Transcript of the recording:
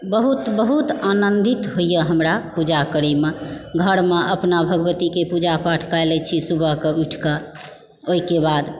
बहुत बहुत आनन्दित होइया हमरा पुजा करय मे घरमे अपना भगवतीके पूजा पाठ कए लै छी सुबह कऽ उठि कऽ ओहिके बाद